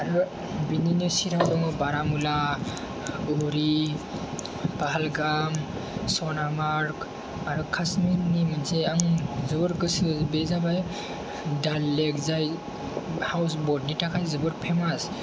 आरो बिनिनो सेरावनो बारामुला उरि पाहालगाम सनामार्ग आरो काश्मीरनि मोनसे जोबोर गोसो बे जाबाय दाल लेक जाय हाउस बटनि थाखाय जोबोर फेमास